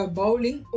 bowling